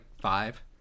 five